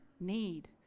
need